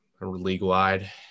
league-wide